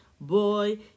boy